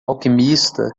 alquimista